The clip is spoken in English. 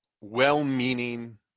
well-meaning